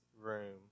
room